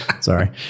sorry